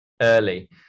early